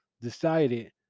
decided